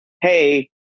hey